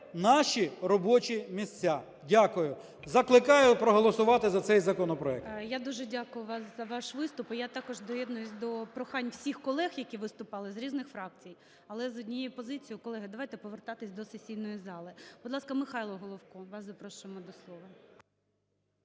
наші робочі місця. Дякую. Закликаю проголосувати за цей законопроект. ГОЛОВУЮЧИЙ. Я дуже дякую вам за ваш виступ. Я також доєднуюся до прохань всіх колег, які виступали з різних фракцій, але з однією позицією: колеги, давайте повертатися до сесійної зали. Будь ласка, Михайло Головко, вас запрошуємо до слова.